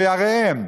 בעריהם?